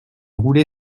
roulé